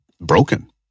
broken